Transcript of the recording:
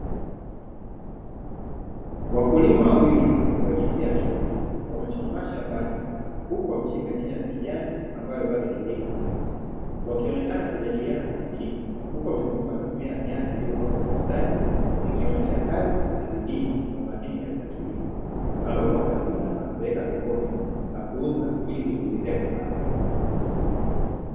Wakulima wawili wa jinsia ya kiume wamechuchumaa shambani huku wameshika nyanya ya kijani ambayo bado haijaiva vizuri, wakionekana kujadiliana kwa makini huku wamezungukwa na mimea ya nyanya iliyopangwa kwa ustadi ikionyesha kazi na bidii na umakini katika kilimo, ambapo watavuna na kupeleka sokoni na kuuza ili kujiongezea kipato.